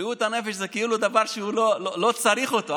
בריאות הנפש זה כאילו דבר שלא צריך אותו,